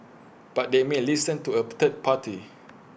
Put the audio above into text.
but they may A listen to A third party